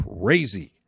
Crazy